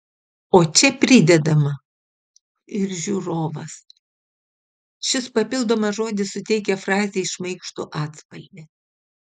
o čia pridedama ir žiūrovas šis papildomas žodis suteikia frazei šmaikštų atspalvį